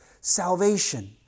salvation